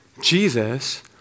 Jesus